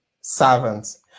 servants